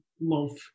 love